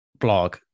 blog